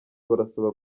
barasaba